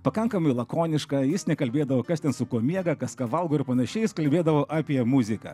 pakankamai lakoniška jis nekalbėdavo kas ten su kuo miega kas ką valgo ir panašiai jis kalbėdavo apie muziką